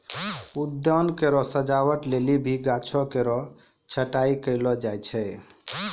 उद्यान केरो सजावट लेलि भी गाछो केरो छटाई कयलो जाय छै